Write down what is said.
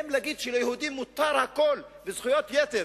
האם להגיד שליהודים מותר הכול בזכויות יתר,